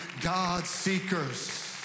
God-seekers